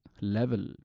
level